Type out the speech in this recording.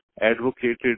advocated